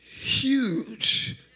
huge